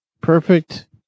Perfect